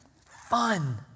Fun